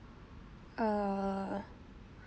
err